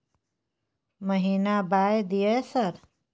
महीना बाय दिय सर?